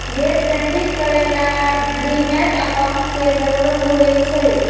day trading करे ला demat account के जरूरत होई छई